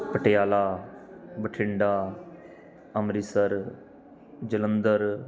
Patiala Bathinda Amritsar Jalandhar